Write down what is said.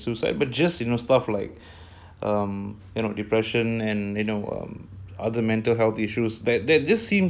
and you know um other mental health issues that that just seems